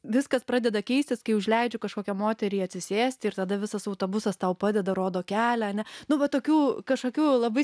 viskas pradeda keistis kai užleidžiu kažkokią moterį atsisėsti ir tada visas autobusas tau padeda rodo kelią ane nu va tokių kažkokių labai